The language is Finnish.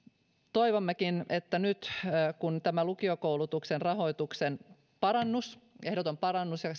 toivommekin että nyt kun tämä lukiokoulutuksen rahoituksen parannus ehdoton parannus ja